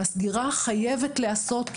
הסגירה חייבת להיעשות.